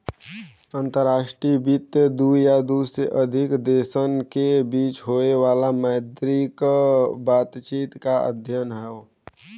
अंतर्राष्ट्रीय वित्त दू या दू से अधिक देशन के बीच होये वाला मौद्रिक बातचीत क अध्ययन हौ